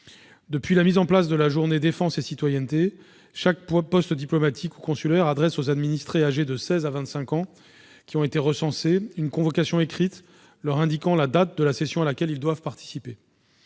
Depuis la mise en place de la journée défense et citoyenneté, dite JDC, chaque poste diplomatique ou consulaire adresse aux administrés âgés de 16 à 25 ans qui ont été recensés une convocation écrite leur indiquant la date de la session à laquelle ils doivent participer.